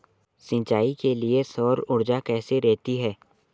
सिंचाई के लिए सौर ऊर्जा कैसी रहती है?